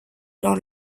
dans